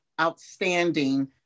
outstanding